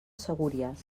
segúries